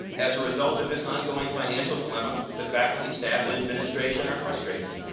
as a result of this ongoing financial dilemma, the faculty, staff and administration are frustrated.